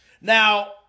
Now